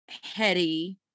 heady